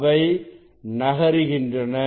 அவை நகருகின்றன